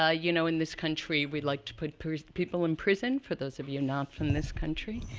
ah you know in this country, we like to put put people in prison, for those of you not from this country.